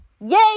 Yay